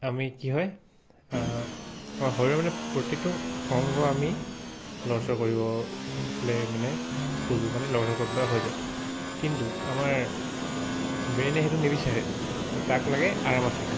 আমি কি হয় শৰীৰৰ মানে প্ৰতিটো অংগ আমি লৰচৰ কৰিবলৈ মানে খোজোঁ মানে লৰচৰ কৰিবলৈ হৈ যায় কিন্তু আমাৰ ব্ৰেইনে সেইটো নিবিচাৰে যে তাক লাগে আৰামত থাকিবলৈ